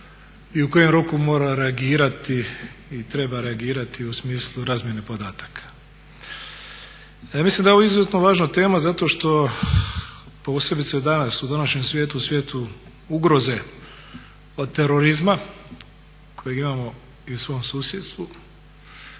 i u kojem roku mora reagirati i treba reagirati u smislu razmjene podataka. Ja mislim da je ovo izuzetno važna tema zato što posebice danas u današnjem svijetu u svijetu ugroze od terorizma kojeg imamo i u svom susjedstvu